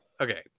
Okay